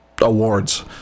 awards